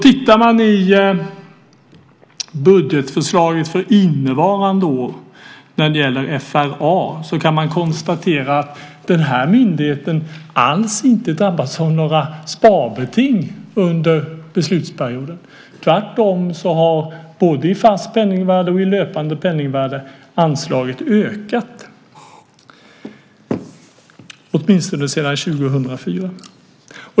Tittar man i budgetförslaget för innevarande år vad gäller FRA kan man konstatera att myndigheten alls inte drabbas av några sparbeting under beslutsperioden. Tvärtom har anslaget ökat både i fast och i löpande penningvärde, åtminstone sedan 2004.